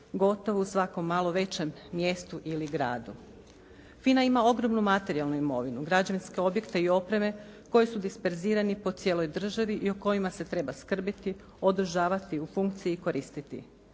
gotovo u svakom malo većem mjestu ili gradu. FINA ima ogromnu materijalnu imovinu, građevinske objekte i opreme koji su disperzirani po cijeloj državi i o kojima se treba skrbiti, održavati u funkciji i koristiti.